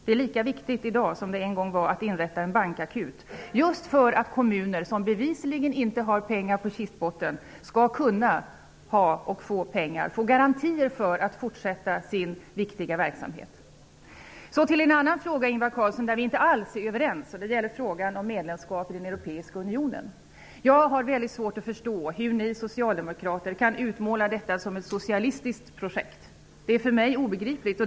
Det är lika viktigt i dag som det en gång var att inrätta en bankakut. De kommuner som bevisligen inte har pengar på kistbotten måste kunna få pengar. De måste få garantier för att kunna fortsätta sin viktiga verksamhet. Låt mig sedan gå över till en annan fråga där vi inte alls är överens, Ingvar Carlsson. Det gäller frågan om medlemskap i den europeiska unionen. Jag har mycket svårt att förstå hur ni socialdemokrater kan utmåla detta som ett socialistiskt projekt. Det är för mig obegripligt.